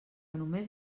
només